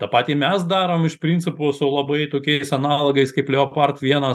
o tą patį mes darom iš principo su labai tokiais analogais kaip leopard vienas